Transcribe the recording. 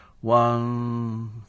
One